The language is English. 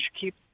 keep